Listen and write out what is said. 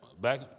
Back